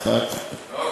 לי.